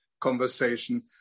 conversation